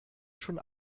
schon